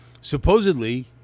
supposedly